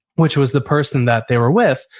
which was the person that they were with,